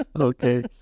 Okay